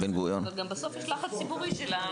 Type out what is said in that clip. יכול להיות שבן גוריון --- אבל גם בסוף יש לחץ ציבורי --- המכתב,